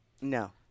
No